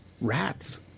rats